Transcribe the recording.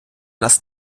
нас